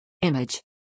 Image